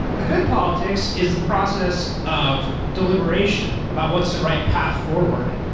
the good politics is the process of deliberation about what's the right path forward.